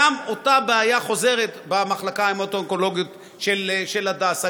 אותה בעיה חוזרת במחלקה ההמטו-אונקולוגית של הדסה.